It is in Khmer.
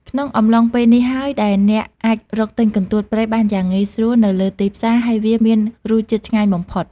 ក្នុងអំឡុងពេលនេះហើយដែលអ្នកអាចរកទិញកន្ទួតព្រៃបានយ៉ាងងាយស្រួលនៅលើទីផ្សារ ហើយវាមានរសជាតិឆ្ងាញ់បំផុត។